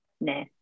Nah